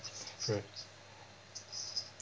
true